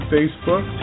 Facebook